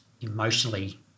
emotionally